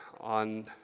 on